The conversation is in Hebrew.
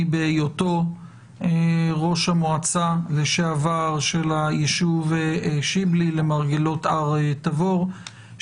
בהיות ראש המועצה לשעבר של היישוב שיבלי למרגלות הר תבור.